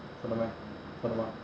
真的 meh 真的吗